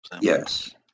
Yes